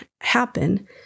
happen